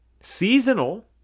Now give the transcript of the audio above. seasonal